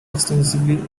extensively